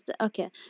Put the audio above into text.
Okay